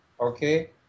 okay